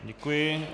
Děkuji.